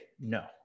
no